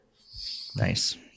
Nice